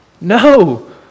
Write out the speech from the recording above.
No